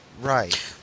Right